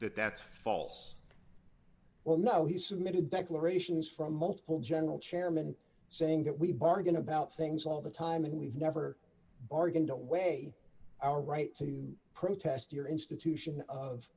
that that's false well no he submitted declarations from multiple general chairman saying that we bargain about things all the time and we've never bargained away our rights to protest your institution of